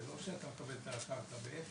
זה לא שאתה מקבל את הקרקע באפס.